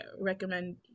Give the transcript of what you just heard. recommend